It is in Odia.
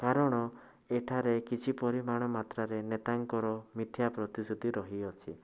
କାରଣ ଏଠାରେ କିଛି ପରିମାଣ ମାତ୍ରାରେ ନେତାଙ୍କର ମିଥ୍ୟା ପ୍ରତିଶୃତି ରହିଅଛି